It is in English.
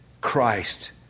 Christ